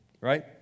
right